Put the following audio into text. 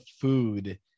food